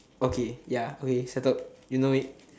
okay ya okay settled you know it